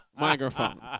Microphone